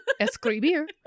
Escribir